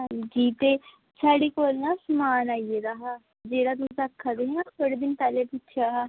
हांजी ते साढ़े कोल ना समान आई गेदा हा जेह्ड़ा तुस आक्खा दे हे ना थोह्ड़े दिन पैह्ले पुच्छेआ हा